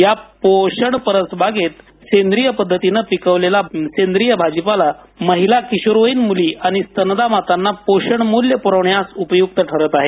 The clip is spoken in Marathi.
या परसबागेत सेंद्रिय पद्धतीने पिकवलेला भाजीपाला महिला किशोरवयीन मुली आणि स्तनदा मातांना पोषण मूल्य पुरवण्यास उपयुक्त ठरत आहे